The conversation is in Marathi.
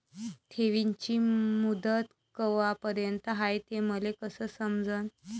ठेवीची मुदत कवापर्यंत हाय हे मले कस समजन?